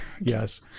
Yes